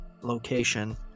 location